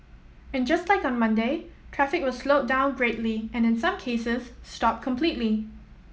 and just like on Monday traffic was slowed down greatly and in some cases stopped completely